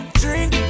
drink